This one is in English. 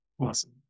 Awesome